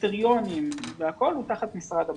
הקריטריונים והכול תחת משרד הבריאות.